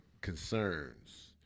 concerns